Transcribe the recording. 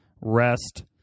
rest